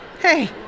hey